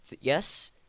Yes